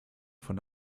von